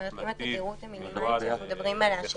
אדם יודע